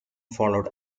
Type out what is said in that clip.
followed